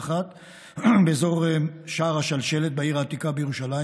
באזור שער השלשלת בעיר העתיקה בירושלים,